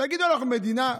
תגידו, אנחנו מדינה,